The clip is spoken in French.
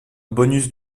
bonus